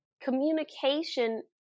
Communication